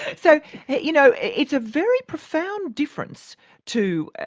so yeah you know it's a very profound difference to